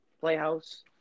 Playhouse